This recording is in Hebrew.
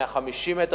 150 מ"ר,